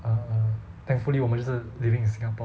err err thankfully 我们就是 living in singapore